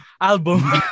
Album